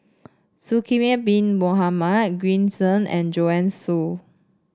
Zulkifli Bin Mohamed Green Zeng and Joanne Soo